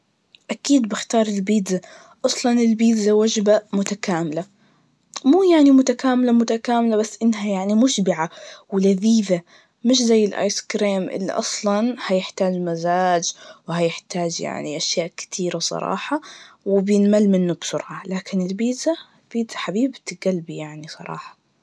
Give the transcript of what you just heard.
أكيد بختار البيتزا, عشان البيتزا وجبة متكاملة, مو يعني متكاملة متكاملة, بس إنها يعني مشبعة, ولذيذة, مش الآيس كريم, اللي أصلاً هيحتاج مزاج, وهيحتاج يعني أشياء كثيرة بصراحة, وبينمل منه بسرعة, لكن البيتزا, البيتزا حبيبة جلبي يعني بصراحة.